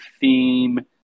theme